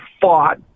fought